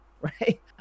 Right